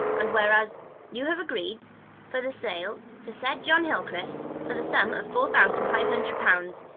and whereas you have agreed for the sale to said john hillcrist, for the sum of four thousand five hundred pounds,